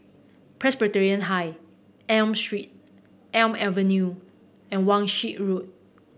Presbyterian High Elm Street Elm Avenue and Wan Shih Road